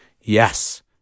Yes